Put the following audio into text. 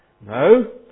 No